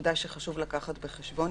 נקודה שחשוב לקחת בחשבון.